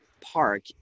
Park